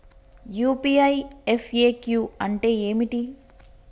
UPI FAQ అంటే ఏమిటి?